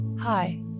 Hi